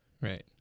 Right